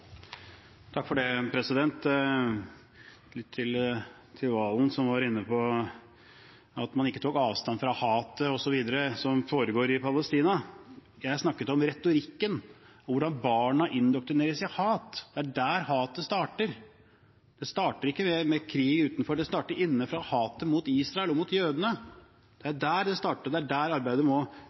Til Serigstad Valen, som var inne på at man ikke tok avstand fra hatet osv., som foregår i Palestina: Jeg snakket om retorikken og hvordan barna indoktrineres i hat. Det er der hatet starter. Det starter ikke med krig utenfor; det starter innenfra – hatet mot Israel og mot jødene. Det er der det starter, det er der arbeidet må